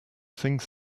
things